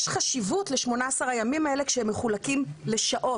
יש חשיבות ל-18 הימים האלה כשהם מחולקים לשעות.